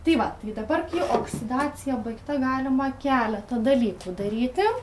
tai va tai dabar kai oksidacija baigta galima keletą dalykų daryti